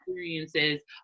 experiences